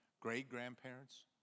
great-grandparents